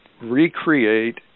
recreate